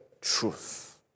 truth